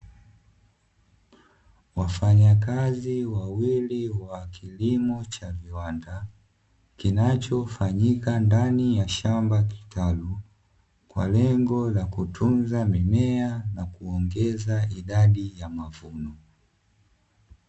Wafanyakazi wawili wa kilimo cha viwanda, kinachofanyika ndani ya shamba kitalu, kwa lengo la kutunza mimea na kuongeza idadi ya mavuno.